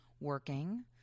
working